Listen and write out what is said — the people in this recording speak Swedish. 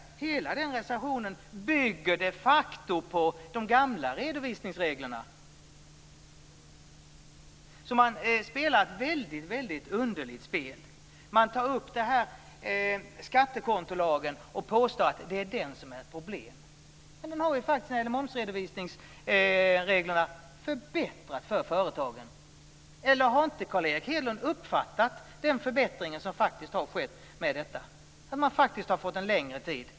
Hela den reservationen bygger de facto på de gamla redovisningsreglerna! Man spelar alltså ett väldigt underligt spel. Man tar upp skattekontolagen och påstår att den är ett problem. Men den har ju faktiskt förbättrat för företagen när det gäller momsredovisningsreglerna. Eller har inte Carl Erik Hedlund uppfattat den förbättring som har skett i och med detta? Man har faktiskt fått längre tid.